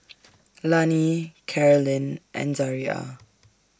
Lani Carolynn and Zaria